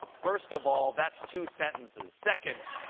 first of all, that's two sentences. second,